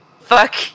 Fuck